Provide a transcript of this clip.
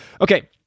Okay